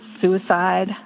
suicide